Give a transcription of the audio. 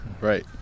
Right